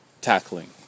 Tackling